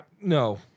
No